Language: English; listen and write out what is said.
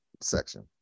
section